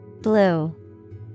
Blue